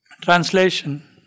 Translation